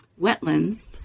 wetlands